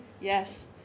yes